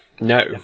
No